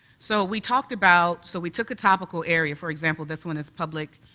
so we talked about, so we took topical area, for example this, one is public